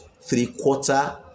three-quarter